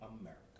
America